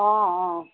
অঁ অঁ